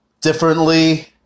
differently